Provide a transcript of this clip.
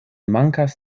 mankas